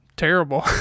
terrible